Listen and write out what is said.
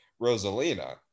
Rosalina